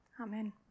Amen